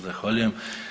Zahvaljujem.